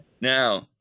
Now